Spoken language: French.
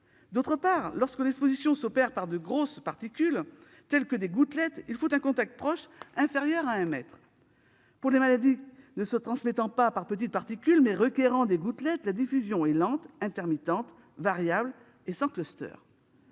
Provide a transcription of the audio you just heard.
d'autre part, que lorsque l'exposition s'opère par de grosses particules telles que des gouttelettes, il faut un contact proche, inférieur à 1 mètre. Pour les maladies ne se transmettant pas par petites particules, mais requérant des gouttelettes, la diffusion est lente, intermittente, variable et sans cluster.